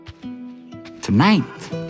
Tonight